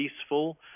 peaceful